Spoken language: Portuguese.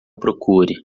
procure